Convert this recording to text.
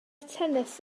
tennis